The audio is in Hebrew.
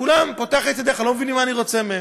כולם, פותח את ידיך, לא מבינים מה אני רוצה מהם.